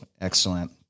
Excellent